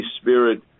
Spirit